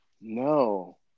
No